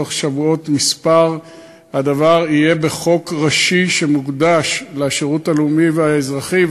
בתוך שבועות מספר הדבר יהיה בחוק ראשי שמוקדש לשירות הלאומי והאזרחי,